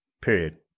period